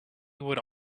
would